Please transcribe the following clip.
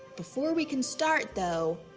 before we can start though,